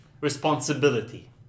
responsibility